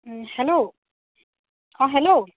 hello um hello